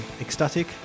Ecstatic